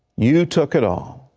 you took it all,